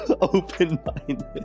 open-minded